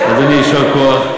אדוני, יישר כוח.